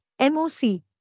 MOC